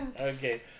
okay